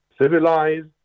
civilized